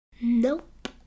Nope